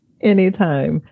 Anytime